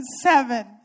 Seven